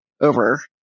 over